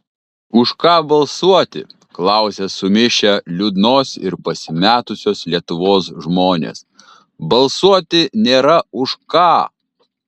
už ką balsuoti klausia sumišę liūdnos ir pasimetusios lietuvos žmonės balsuoti nėra už ką